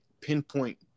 pinpoint